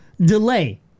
delay